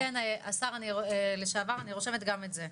כן, השר לשעבר, אני רושמת גם את זה.